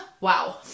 wow